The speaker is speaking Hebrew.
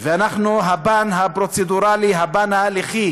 הפן הפרוצדורלי, הפן התהליכי